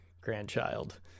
grandchild